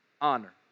honor